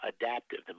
adaptive